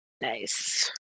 Nice